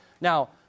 now